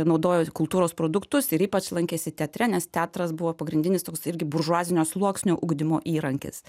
naudojo kultūros produktus ir ypač lankėsi teatre nes teatras buvo pagrindinis toks irgi buržuazinio sluoksnio ugdymo įrankis